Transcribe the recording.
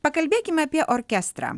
pakalbėkime apie orkestrą